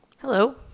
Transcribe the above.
hello